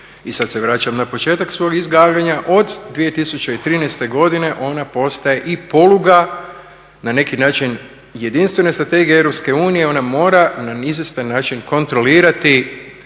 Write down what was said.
i sada se vraćam na početak svog izlaganja od 2013.godine ona postaje i poluga na neki način jedinstvene strategije EU ona mora na izvjestan način kontrolirati